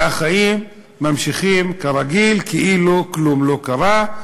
והחיים ממשיכים כרגיל, כאילו כלום לא קרה,